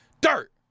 Dirt